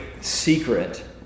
secret